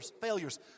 failures